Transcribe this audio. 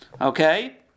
Okay